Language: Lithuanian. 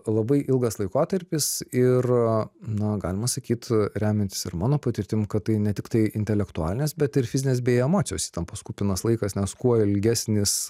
labai ilgas laikotarpis ir na galima sakyt remiantis ir mano patirtim kad tai ne tiktai intelektualinės bet ir fizinės bei emocijos įtampos kupinas laikas nes kuo ilgesnis